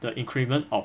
the increment of